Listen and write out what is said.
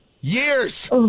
Years